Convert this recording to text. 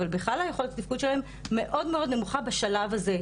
אבל בכלל היכולת תפקוד שלהן מאוד מאוד נמוכה בשלב הזה,